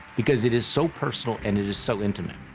because it is so personal and it is so intimate.